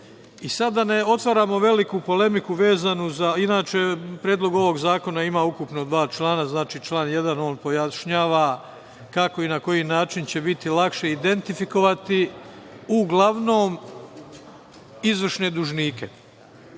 da ne otvaramo veliku polemiku vezano za… Inače, Predlog ovog zakona ima ukupno dva člana. Znači, član 1. pojašnjava kako i na koji način će biti lakše identifikovati uglavnom izvršne dužnike,